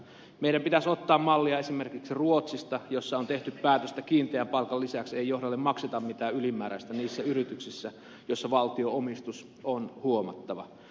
meidän pitäisi ottaa mallia esimerkiksi ruotsista jossa on tehty päätös että kiinteän palkan lisäksi ei johdolle makseta mitään ylimääräistä niissä yrityksissä joissa valtionomistus on huomattava